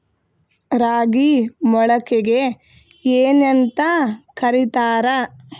ರಾಗಿ ಮೊಳಕೆಗೆ ಏನ್ಯಾಂತ ಕರಿತಾರ?